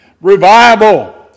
revival